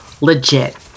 legit